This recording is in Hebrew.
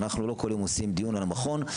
אנחנו לא כל יום עושים דיון על המכון.